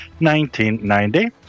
1990